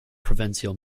provincial